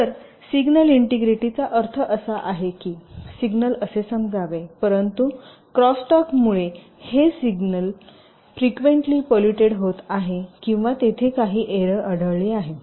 तर signal integrity चा अर्थ असा आहे की सिग्नल म्हणजे समजावे परंतु क्रॉस्टलॉक मुळे हे सिग्नल फ्रिक्वेंटली पोल्युटेड होत आहे किंवा तेथे काही एरर आढळली आहेत